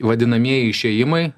vadinamieji išėjimai